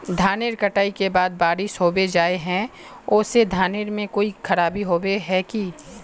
धानेर कटाई के बाद बारिश होबे जाए है ओ से धानेर में कोई खराबी होबे है की?